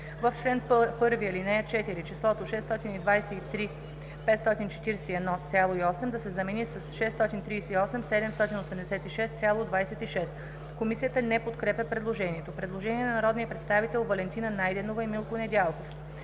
В чл. 1, ал. 4 числото „623541,8“ да се замени с „638786,26“.“ Комисията не подкрепя предложението. Предложение от народните представители Валентина Найденова и Милко Недялков: